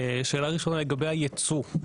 שאלה ראשונה לגבי הייצוא.